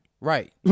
Right